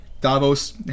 Davos